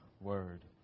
word